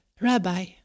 Rabbi